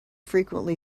frequently